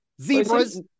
Zebras